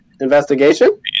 Investigation